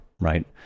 right